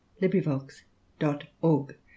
LibriVox.org